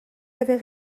avez